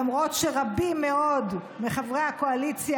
למרות שרבים מאוד מחברי הקואליציה,